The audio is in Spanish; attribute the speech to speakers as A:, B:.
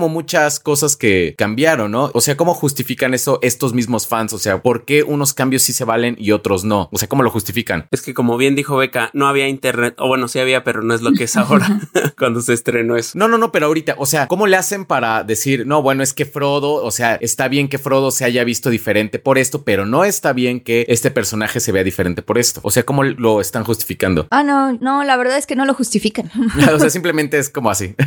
A: como muchas cosas que cambiaron, ¿no? O sea, ¿cómo justifican eso estos mismos fans? O sea, ¿por qué unos cambios sí se valen y otros no? O sea, ¿cómo lo justifican?
B: Es que como bien dijo Beca, no había internet, o bueno, sí había, pero no es lo que es ahora
C: Ajá.
B: cuando se estrenó eso.
A: No, no, no, pero ahorita, o sea, ¿cómo le hacen para decir, "No, bueno, es que Frodo, o sea, está bien que Frodo se haya visto diferente por esto, pero no está bien que este personaje se vea diferente por esto"? O sea, ¿cómo lo están justificando?
C: Ah, no, no, la verdad es que no lo justifican.
A: O sea, simplemente es como así.